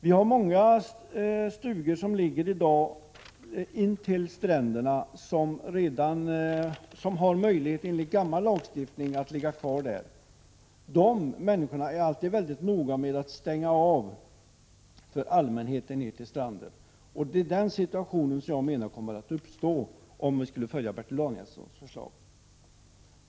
Vi har i dag många stugor som ligger intill stränderna och som enligt gammal lagstiftning har möjlighet att ligga kvar där. De som äger dem är alltid väldigt noga med att stänga av vägen ned till stranden för allmänheten. Den situationen skulle komma att uppstå, menar jag, om vi skulle följa Bertil Danielssons förslag.